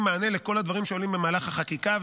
מענה לכל הדברים שעולים במהלך החקיקה.